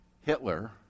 Hitler